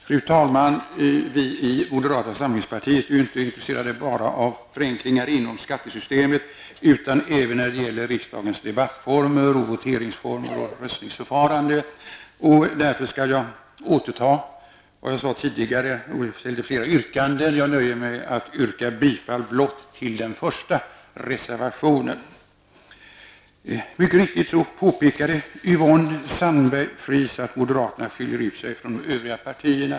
Fru talman! Vi i moderatera samlingspartiet är ju inte bara intresserade av förenklingar inom skattesystemet, utan intresset gäller också riksdagens debattformer, voteringsformer och röstningsförfarande. Därför skall jag ta tillbaka vad jag sade tidigare när jag ställde flera yrkanden. Jag nöjer mig med att yrka bifall till blott den första reservationen. Yvonne Sandberg-Fries påpekade mycket riktigt att moderaterna skiljer sig från de övriga partierna.